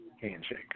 handshake